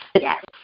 Yes